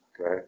okay